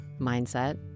mindset